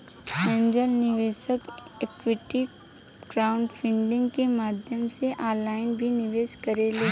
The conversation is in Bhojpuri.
एंजेल निवेशक इक्विटी क्राउडफंडिंग के माध्यम से ऑनलाइन भी निवेश करेले